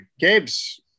Gabe's